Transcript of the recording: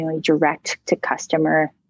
direct-to-customer